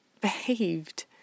behaved